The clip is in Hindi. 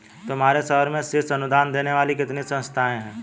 तुम्हारे शहर में शीर्ष अनुदान देने वाली कितनी संस्थाएं हैं?